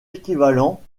équivalent